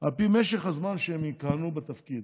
על פי משך הזמן שהם יכהנו בתפקיד,